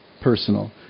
personal